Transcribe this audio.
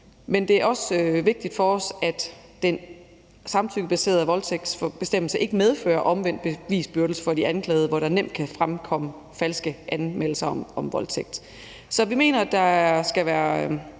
Men det er også vigtigt for os, at den samtykkebaserede voldtægtsbestemmelse ikke medfører omvendt bevisbyrde for de anklagede, hvor der nemt kan fremkomme falske anmeldelser om voldtægt. Så vi mener, at der skal være